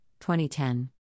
2010